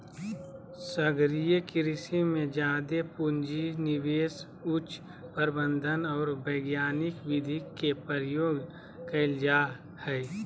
सागरीय कृषि में जादे पूँजी, निवेश, उच्च प्रबंधन और वैज्ञानिक विधि के प्रयोग कइल जा हइ